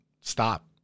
stop